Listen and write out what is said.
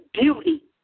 beauty